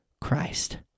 Christ